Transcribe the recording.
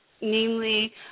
namely